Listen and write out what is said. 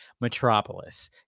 Metropolis